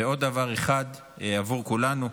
ועוד דבר אחר עבור כולנו,